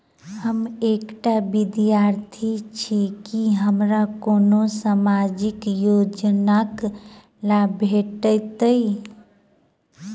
हम एकटा विद्यार्थी छी, की हमरा कोनो सामाजिक योजनाक लाभ भेटतय?